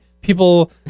people